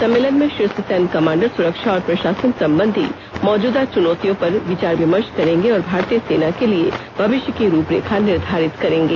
सम्मेलन में शीर्ष सैन्य कमांडर सुरक्षा और प्रशासन संबंधी मौजूदा चुनौतियों पर विचार विमर्श करेंगे और भारतीय सेना के लिए भविष्य की रूपरेखा निर्धारित करेंगे